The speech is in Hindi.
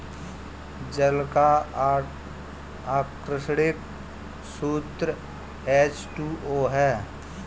जल का आण्विक सूत्र एच टू ओ है